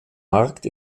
markt